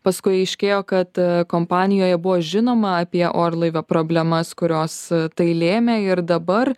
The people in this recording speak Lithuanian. paskui aiškėjo kad kompanijoje buvo žinoma apie orlaivio problemas kurios tai lėmė ir dabar